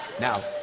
Now